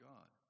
God